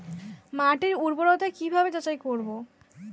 মাটির উর্বরতা কি ভাবে যাচাই করব?